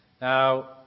Now